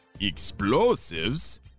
Explosives